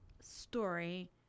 story